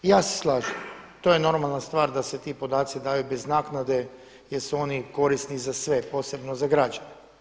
Ja se slažem, to je normalna stvar da se ti podaci daju bez naknade jer su oni korisni za sve, posebno za građane.